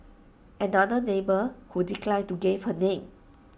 another neighbour who declined to give her name